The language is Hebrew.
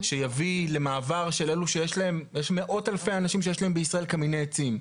יש מאות אלפי אנשים שיש להם בישראל קמיני עצים.